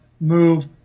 move